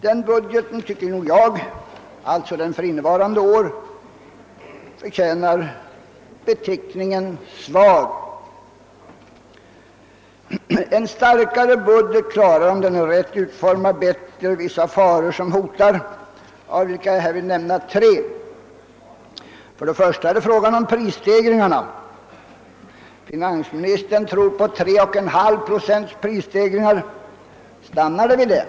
Den budgeten — alltså innevarande års — tycker jag för min del förtjänar beteckningen svag. En starkare budget klarar, om den är rätt utformad, bättre vissa faror som hotar och av vilka jag här vill nämna tre. För det första är det fråga om prisstegringarna. Finansministern tror på 3,5 procents prisstegring. Stannar det vid det?